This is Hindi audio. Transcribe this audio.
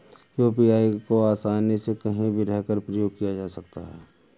यू.पी.आई को आसानी से कहीं भी रहकर प्रयोग किया जा सकता है